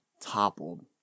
toppled